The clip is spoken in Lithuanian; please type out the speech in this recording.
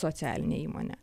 socialinė įmonė